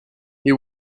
his